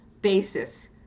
basis